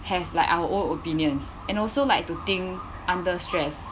have like our own opinions and also like to think under stress